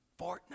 Fortnite